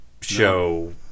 show